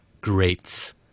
greats